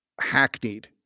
hackneyed